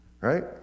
Right